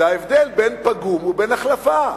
זה ההבדל בין פגום ובין החלפה.